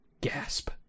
Gasp